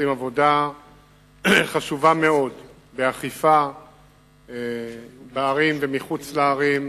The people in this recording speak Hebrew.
שעושים עבודה חשובה מאוד באכיפה בערים ומחוץ לערים,